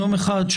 יום אחד,